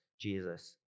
Jesus